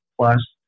plus